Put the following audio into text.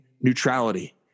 neutrality